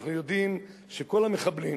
אנחנו יודעים שכל המחבלים